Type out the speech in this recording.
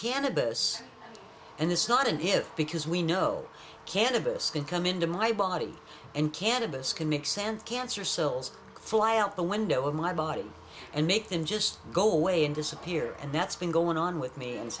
cannabis and it's not in here because we know cannabis can come into my body and cannabis can mix and cancer cells fly out the window of my body and make them just go away and disappear and that's been going on with me